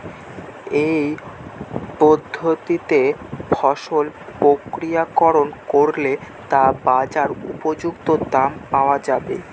কি পদ্ধতিতে ফসল প্রক্রিয়াকরণ করলে তা বাজার উপযুক্ত দাম পাওয়া যাবে?